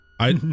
I-